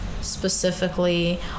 specifically